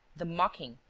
the mocking,